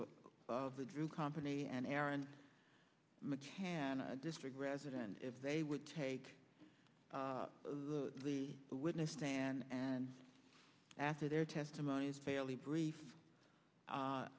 of the drew company and aaron mccann a district resident if they would take the witness stand and after their testimony is daily brief